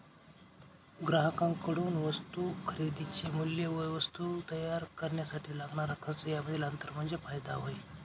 ग्राहकांकडून वस्तू खरेदीचे मूल्य व ती वस्तू तयार करण्यासाठी लागणारा खर्च यामधील अंतर म्हणजे फायदा होय